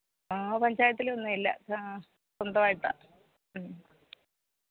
ആ പഞ്ചായത്തിലൊന്നുമില്ല ആ സ്വന്തമായിട്ടാണ്